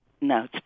No